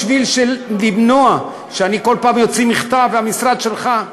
בשביל למנוע שאני כל פעם אוציא מכתב למשרד שלך,